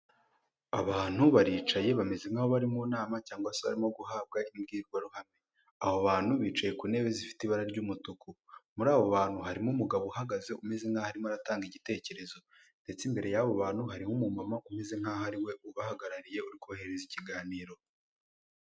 Abantu baricaye bameze nk'aho bariri mu nama cyangwa se barimo guhabwa imbwirwaruhame aho bantu bicaye ku ntebe zifite ibara ry'umutuku, muri abo bantu harimo umugabo uhagaze umeze nkaho harimo aratanga igitekerezo ndetse imbere y'abo bantu harimo umumama umeze nkaho ariwe ubahagarariye urikubahereza ikiganiro.